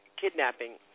kidnapping